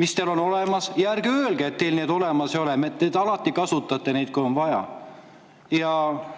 mis teil on olemas, ja ärge öelge, et teil neid olemas ei ole, sest te kasutate neid alati, kui on vaja.